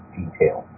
detail